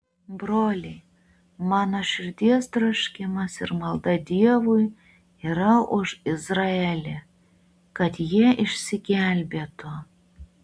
broliai mano širdies troškimas ir malda dievui yra už izraelį kad jie išsigelbėtų